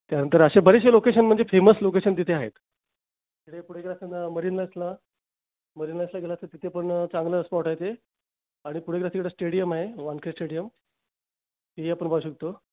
त्यानंतर असे बरेचसे लोकेशन म्हणजे फेमस लोकेशन तिथे आहेत तर पुढे गेलास ना तर मरीनलाइसला मरिनलाइसला गेला तर ना तिथे पण चांगलं स्पॉट आहे ते आणि पुढे गेलास की तिकडे स्टेडियम आहे वानखेडे स्टेडियम तेही आपण पाहू शकतो